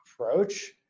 approach